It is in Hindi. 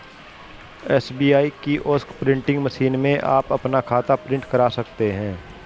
एस.बी.आई किओस्क प्रिंटिंग मशीन में आप अपना खाता प्रिंट करा सकते हैं